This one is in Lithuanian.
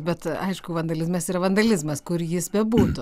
bet aišku vandalizmas yra vandalizmas kur jis bebūtų